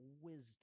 wisdom